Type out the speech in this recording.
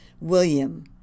William